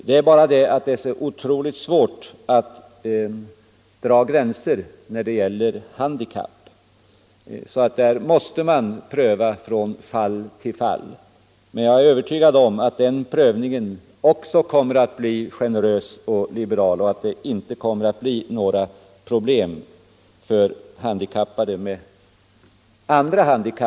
Det är bara det att det är så otroligt svårt att dra gränser när det gäller handikapp. Där måste en prövning ske från fall till fall. Men jag är övertygad om att den prövningen kommer att bli generös och liberal och att män Nr 134 niskor med andra handikapp än dövhet och blindhet inte heller får några Onsdagen den problem i det avseendet.